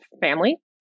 family